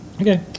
Okay